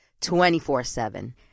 24-7